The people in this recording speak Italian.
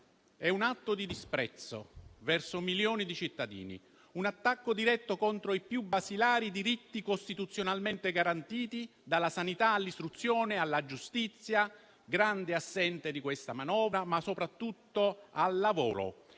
è un atto di disprezzo verso milioni di cittadini, un attacco diretto contro i più basilari diritti costituzionalmente garantiti, dalla sanità, all'istruzione, alla giustizia (grande assente di questa manovra), ma soprattutto al lavoro,